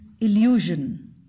illusion